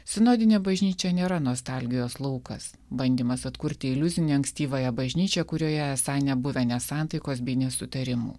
sinodinė bažnyčia nėra nostalgijos laukas bandymas atkurti iliuzinę ankstyvąją bažnyčią kurioje esą nebuvę nesantaikos bei nesutarimų